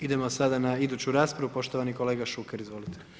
Idemo sada na iduću raspravu, poštovani kolega Šuker, izvolite.